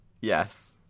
Yes